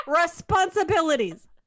Responsibilities